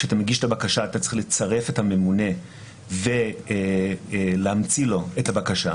כשאתה מגיש את הבקשה אתה צריך לצרף את הממונה ולהמציא לו את הבקשה,